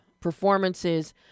performances